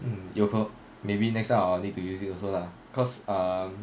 mm 有可 maybe next time I will need to use it also lah cause err